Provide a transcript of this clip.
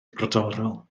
brodorol